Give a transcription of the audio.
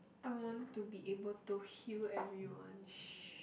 I want to be able to heal everyone